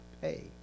pay